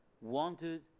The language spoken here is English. wanted